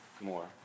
more